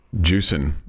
juicing